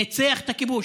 ניצח את הכיבוש.